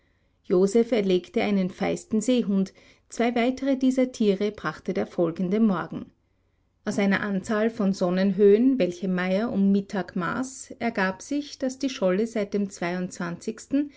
joseph erlegte einen feisten seehund zwei weitere dieser tiere brachte der folgende morgen aus einer anzahl von sonnenhöhen welche meyer um mittag maß ergab sich daß die scholle seit dem